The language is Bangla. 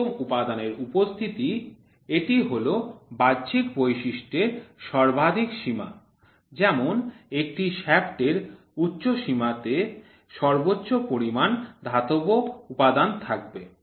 সর্বোত্তম উপাদানের উপস্থিতি এটি হল বাহ্যিক বৈশিষ্ট্যের সর্বাধিক সীমা যেমন একটি শ্য়াফ্টের উচ্চসীমা তে এতে সর্বোচ্চ পরিমাণ ধাতব উপাদান থাকবে